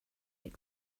head